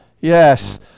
Yes